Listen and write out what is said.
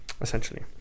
essentially